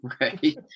Right